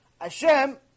Hashem